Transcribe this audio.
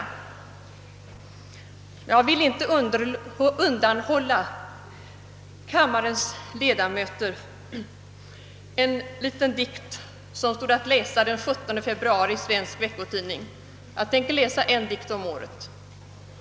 Jag vill inte undanhålla kammarens ledamöter en liten dikt, som den 17 februari stod att läsa i Svensk Veckotidning — jag tänker läsa en dikt om året.